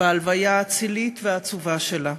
בהלוויה האצילית והעצובה שלה.